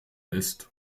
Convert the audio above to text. ist